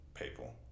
People